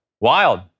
Wild